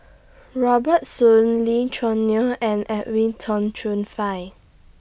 Robert Soon Lee Choo Neo and Edwin Tong Chun Fai